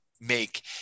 make